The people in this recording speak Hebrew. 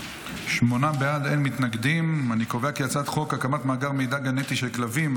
הצעת חוק הקמת מאגר מידע גנטי של כלבים,